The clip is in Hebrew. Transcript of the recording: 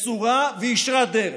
מסורה וישרת דרך.